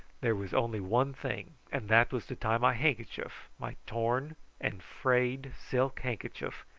there was only one thing, and that was to tie my handkerchief, my torn and frayed silk handkerchief,